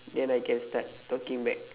then I can start talking back